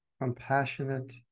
compassionate